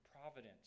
providence